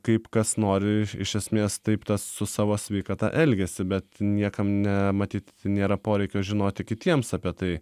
kaip kas nori iš esmės taip tas su savo sveikata elgiasi bet niekam ne matyt nėra poreikio žinoti kitiems apie tai